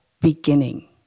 beginning